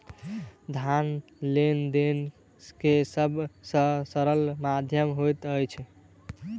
धन लेन देन के सब से सरल माध्यम होइत अछि